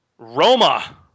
Roma